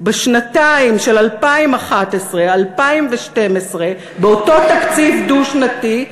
בשנתיים של 2011 2012 באותו תקציב דו-שנתי,